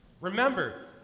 Remember